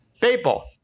People